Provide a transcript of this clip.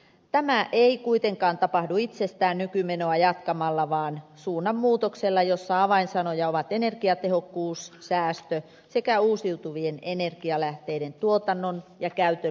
tämä ei kuitenkaan tapahdu itsestään nykymenoa jatkamalla vaan suunnanmuutoksella jossa avainsanoja ovat energiatehokkuus säästö sekä uusiutuvien energialähteiden tuotannon ja käytön lisääminen